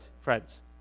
friends